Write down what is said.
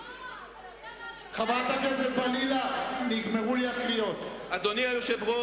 כמה היא תשלם, חבר הכנסת בוים, זאת קריאתי